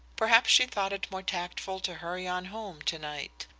perhaps she thought it more tactful to hurry on home tonight.